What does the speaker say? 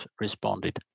responded